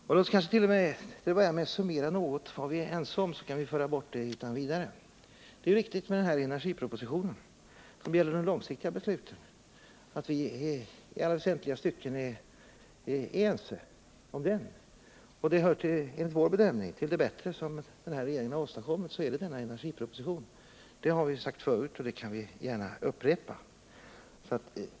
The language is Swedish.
Vi borde kanske i stället börja med att summera något av vad vi är ense om, så kanske vi kan föra bort det ur diskussionen utan vidare. Jag vill då säga att när det gäller energipropositionen och de långsiktiga besluten är det riktigt att vi i alla väsentliga stycken är eniga. Energipropositionen hör enligt vår bedömning till något av det bättre som den här regeringen har åstadkommit. Det har vi sagt förut, och det kan vi gärna upprepa.